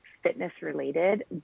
fitness-related